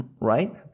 right